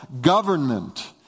government